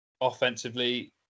offensively